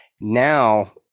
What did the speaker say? Now